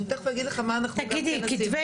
אני תכף אגיד לכם מה אנחנו גם כן עושים.